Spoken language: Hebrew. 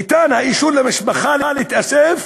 ניתן האישור למשפחה להתאסף